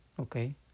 Okay